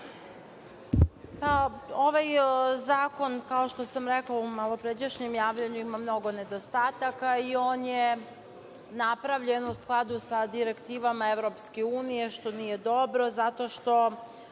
Ovaj zakon, kao što sam rekla u malopređašnjem javljanju ima mnogo nedostataka i on je napravljen u skladu sa direktivama EU, što nije dobro zato što